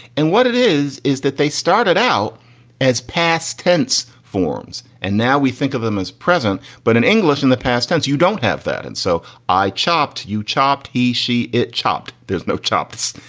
and what it is, is that they started out as past tense forms and now we think of them as present. but in english in the past tense, you don't have that. and so i chopped you chopped he she it chopped. there's no chops.